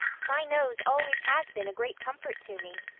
my nose always has been a great comfort to me,